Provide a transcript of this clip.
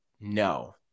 no